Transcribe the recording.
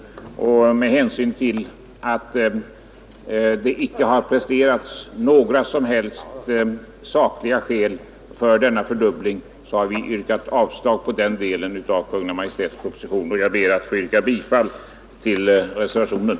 Med hänsyn till att det icke har presterats några som helst sakliga skäl för denna fördubbling har vi yrkat avslag på den delen av Kungl. Maj:ts proposition, och jag ber att få yrka bifall till reservationen.